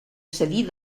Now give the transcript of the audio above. cedir